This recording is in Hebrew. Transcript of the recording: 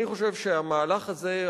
אני חושב שהמהלך הזה,